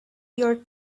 your